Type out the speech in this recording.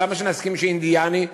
למה שנסכים שאינדיאני,